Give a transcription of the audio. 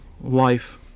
life